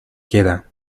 queda